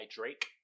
Drake